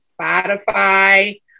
Spotify